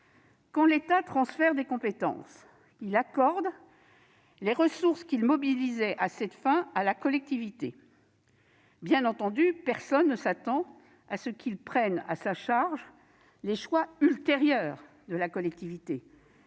Quand l'État transfère des compétences, il accorde les ressources qu'il mobilisait à cette fin à la collectivité. Bien entendu, personne ne s'attend à ce qu'il prenne à sa charge les choix ultérieurs de la collectivité